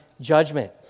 judgment